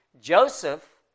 Joseph